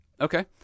Okay